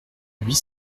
huit